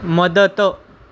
मदत